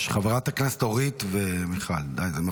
אני לא